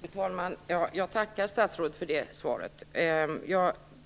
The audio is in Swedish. Fru talman! Jag tackar statsrådet för det svaret.